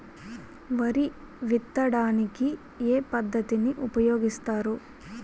వరి విత్తడానికి ఏ పద్ధతిని ఉపయోగిస్తారు?